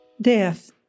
Death